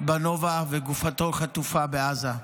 בנובה וגופתו חטופה בעזה.